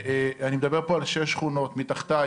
אני מדבר פה על שש שכונות מתחתיי,